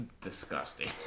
Disgusting